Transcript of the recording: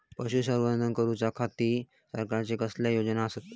पशुसंवर्धन करूच्या खाती सरकारच्या कसल्या योजना आसत?